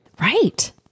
Right